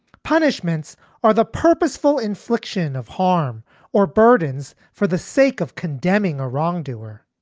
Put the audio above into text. punishments are the purposeful infliction of harm or burdens. for the sake of condemning a wrongdoer.